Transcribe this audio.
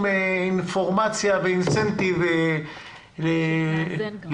אינפורמציה ואינסנטיב -- שתאזן גם.